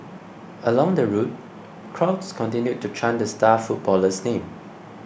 along the route crowds continued to chant the star footballer's name